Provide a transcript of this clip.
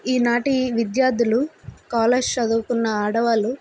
ఈనాటి విద్యార్థులు కాలేజ్ చదువుకున్న ఆడవాళ్ళు